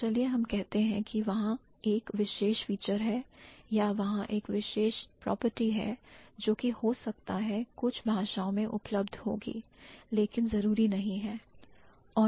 तो चलिए हम कहते हैं कि वहां एक विशेष फीचर है या वहां एक विशेष प्रॉपर्टी है जोकि हो सकता है कुछ भाषाओं में उपलब्ध होगी लेकिन जरूरी नहीं है